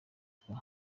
yitwa